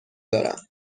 دارم